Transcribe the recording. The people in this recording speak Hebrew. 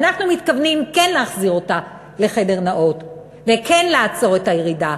ואנחנו מתכוונים כן להחזיר אותה לחדר נאות וכן לעצור את הירידה